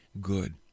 good